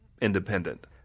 independent